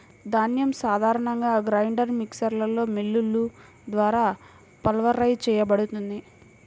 ధాన్యం సాధారణంగా గ్రైండర్ మిక్సర్లో మిల్లులు ద్వారా పల్వరైజ్ చేయబడుతుంది